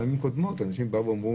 אני זוכר פעמים קודמות ואנשים באו ואמרו